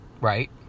Right